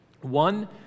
One